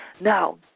Now